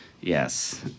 yes